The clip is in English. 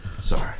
Sorry